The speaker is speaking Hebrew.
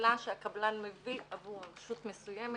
השקילה שהקבלן מביא עבור רשות מסוימת.